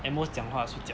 at most 讲话睡觉